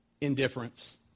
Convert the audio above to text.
Indifference